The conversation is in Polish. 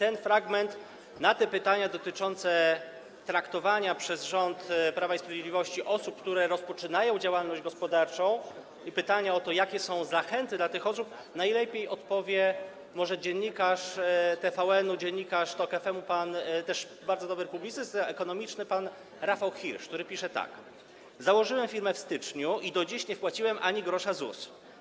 I na te pytania dotyczące traktowania przez rząd Prawa i Sprawiedliwości osób, które rozpoczynają działalność gospodarczą, i pytania o to, jakie są zachęty dla tych osób, najlepiej odpowie może dziennikarz TVN, dziennikarz TOK-FM, też bardzo dobry publicysta ekonomiczny pan Rafał Hirsch, który pisze tak: „Założyłem firmę w styczniu i do dziś nie wpłaciłem ani grosza ZUS.